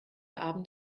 abend